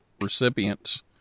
recipients